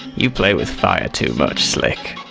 you play with fire too much, slick!